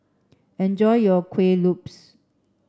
enjoy your Kuih Lopes